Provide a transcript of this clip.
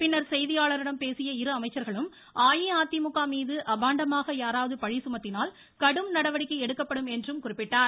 பின்னர் செய்தியாளர்களிடம் பேசிய இரு அமைச்சர்களும் அஇஅதிமுக மீது அபாண்டமாக யாராவது பழி சுமத்தினால் கடும் நடவடிக்கை எடுக்கப்படும் என்றும் குறிப்பிட்டார்